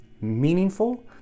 meaningful